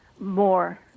more